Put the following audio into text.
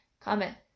comment